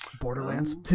Borderlands